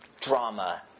drama